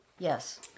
Yes